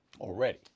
already